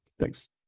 Thanks